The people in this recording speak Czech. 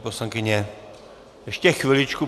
Paní poslankyně, ještě chviličku.